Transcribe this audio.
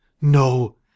No